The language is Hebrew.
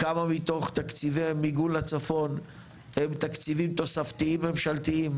כמה מתוך תקציבי מיגון לצפון הם תקציבים תוספתיים ממשלתיים?